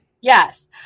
Yes